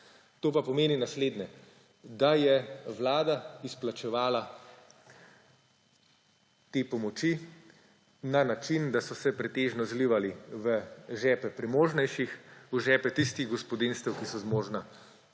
To pa pomeni naslednje. Da je vlada izplačevala te pomoči na način, da so se pretežno zlivali v žepe premožnejših, v žepe tistih gospodinjstev, ki so zmožna